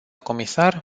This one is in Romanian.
comisar